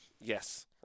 Yes